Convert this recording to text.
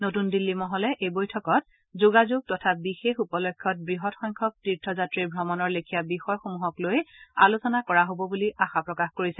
নতুন দিল্লী মহলে এই বৈঠকত যোগাযোগ তথা বিশেষ উপলক্ষ্যত বৃহৎ সংখ্যক তীৰ্থযাত্ৰীৰ ভ্ৰমণৰ লেখিয়া বিষয়সমূহক লৈ আলোচনা কৰা হব বুলি আশা প্ৰকাশ কৰিছে